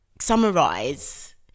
summarize